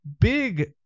Big